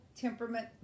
temperament